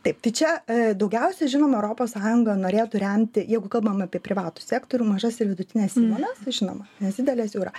taip tai čia daugiausia žinoma europos sąjunga norėtų remti jeigu kalbam apie privatų sektorių mažas ir vidutines įmones tai žinoma nes didelės jau yra